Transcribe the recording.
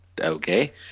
okay